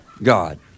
God